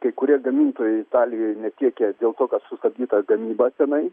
kai kurie gamintojai italijoj netiekia dėl to kad sustabdyta gamyba tenai